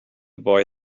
boy